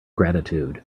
gratitude